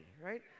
right